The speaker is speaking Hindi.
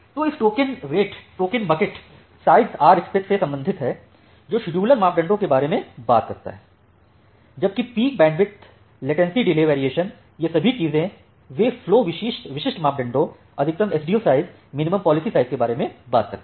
तो इस token rate token bucket size Rspec से संबंधित हैं जो शेड्यूलर मापदंडों के बारे में बात करता हैं जबकि peak bandwidth latency delay variation ये सभी चीजें वे फ्लो विशिष्ट मापदंडों अधिकतम Sdu size minimum policy size के बारे में बात करता है